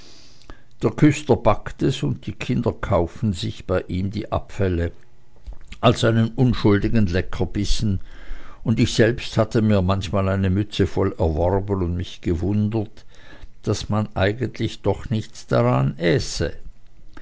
der küster backt es und die kinder kaufen sich bei ihm die abfälle als einen unschuldigen leckerbissen und ich selbst hatte mir manchmal eine mütze voll erworben und mich gewundert daß man eigentlich doch nichts daran äße